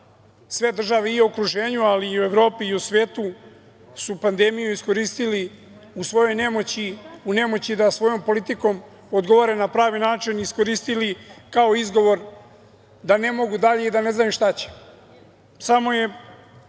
sve države i u okruženju, ali i u Evropi i u svetu su pandemiju iskoristile u svojoj nemoći, u nemoći da svojom politikom odgovore na pravi način, iskoristili kao izgovor da ne mogu dalje i da ne znaju šta će.